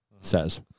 says